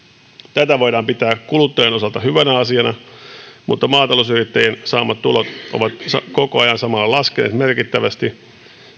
tätä voidaan pitää kuluttajan osalta hyvänä asiana mutta maatalousyrittäjien saamat tulot ovat koko ajan samalla laskeneet merkittävästi